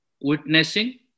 witnessing